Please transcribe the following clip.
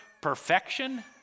Perfection